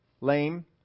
lame